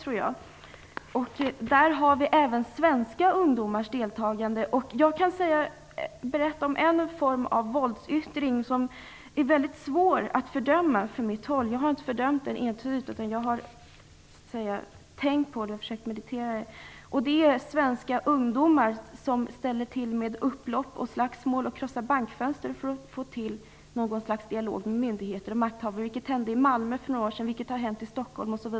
Vi kan även se svenska ungdomars deltagande. Det finns ett slags våldsyttring som för mig är mycket svår att fördöma; jag har inte entydigt fördömt den, men jag har tänkt på det och försökt med meditation. Svenska ungdomar ställer ibland till med upplopp och slagsmål och krossar bankfönster för att få till stånd något slags dialog med myndigheter och makthavare. Det hände exempelvis i Malmö för några år sedan. Det har också hänt i Stockholm.